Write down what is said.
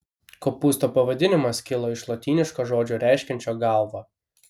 kopūsto pavadinimas kilo iš lotyniško žodžio reiškiančio galvą